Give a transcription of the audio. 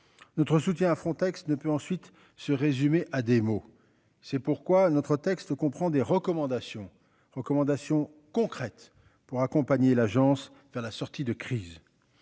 Notre soutien à Frontex ne peut ensuite se résumer à des mots. C'est pourquoi notre texte comprend des recommandations recommandations concrètes pour accompagner l'agence vers la sortie de crise.